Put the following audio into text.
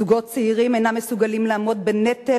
זוגות צעירים אינם מסוגלים לעמוד בנטל